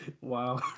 Wow